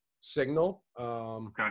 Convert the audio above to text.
signal